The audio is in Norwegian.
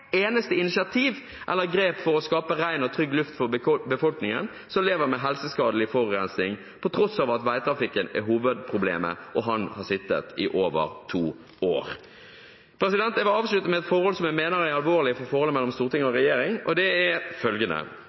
eneste initiativ eller grep for å skape ren og trygg luft for de i befolkningen som lever med helseskadelig forurensing, til tross for at veitrafikken er hovedproblemet og han har sittet i over to år. Jeg vil avslutte med noe som jeg mener er alvorlig for forholdet mellom storting og regjering, og det er følgende: